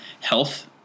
health